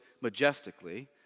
majestically